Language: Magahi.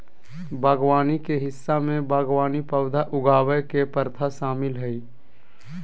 बागवानी के हिस्सा में बागवानी पौधा उगावय के प्रथा शामिल हइ